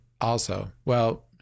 also—well